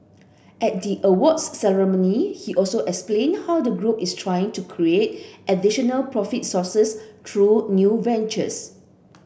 at the awards ceremony he also explained how the group is trying to create additional profit sources through new ventures